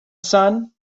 sun